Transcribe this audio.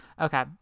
Okay